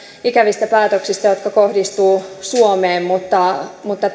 ikävistä päätöksistä jotka kohdistuvat suomeen mutta mutta